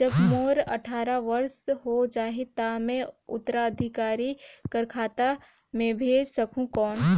जब मोर अट्ठारह वर्ष हो जाहि ता मैं उत्तराधिकारी कर खाता मे भेज सकहुं कौन?